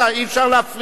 אי-אפשר להפריע.